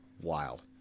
Wild